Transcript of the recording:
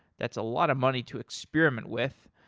that's a lot of money to experiment with.